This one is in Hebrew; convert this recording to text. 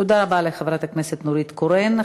תודה רבה לחברת הכנסת נורית קורן.